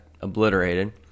obliterated